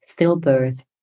stillbirth